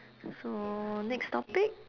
so next topic